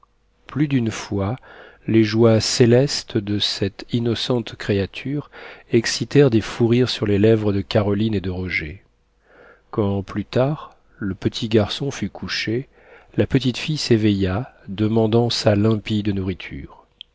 plus d'une fois les joies célestes de cette innocente créature excitèrent des fous rires sur les lèvres de caroline et de roger quand plus tard le petit garçon fut couché la petite fille s'éveilla demandant sa limpide nourriture